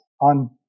on